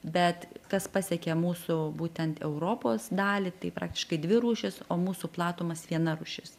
bet kas pasiekė mūsų būtent europos dalį tai praktiškai dvi rūšys o mūsų platumas viena rūšis